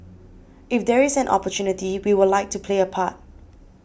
if there is an opportunity we would like to play a part